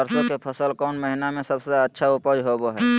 सरसों के फसल कौन महीना में सबसे अच्छा उपज होबो हय?